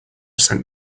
sent